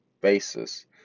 basis